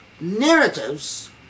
narratives